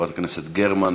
חברת הכנסת גרמן,